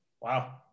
Wow